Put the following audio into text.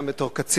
גם בתור קצין,